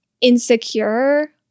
insecure